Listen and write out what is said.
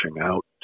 out